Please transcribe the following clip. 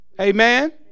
amen